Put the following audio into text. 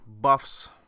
buffs